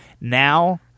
now